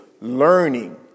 learning